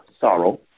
sorrow